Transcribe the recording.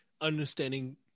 understanding